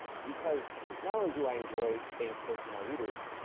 because not only do i enjoy staying close to my readers,